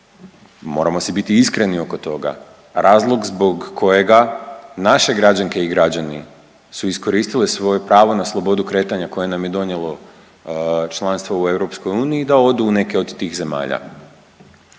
moramo si biti iskreni oko toga, razlog zbog kojega naše građanke i građani su iskoristili svoje pravo na slobodu kretanja koje nam je donijelo članstvo u EU da odu u neke od tih zemalja.